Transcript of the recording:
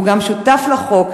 והוא גם שותף לחוק,